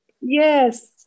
Yes